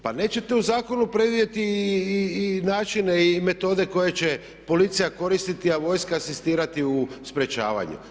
Pa nećete u zakonu predvidjeti i načine i metode koje će policija koristiti a vojska asistirati u sprječavanju.